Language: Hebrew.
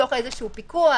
תוך איזשהו פיקוח,